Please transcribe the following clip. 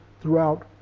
throughout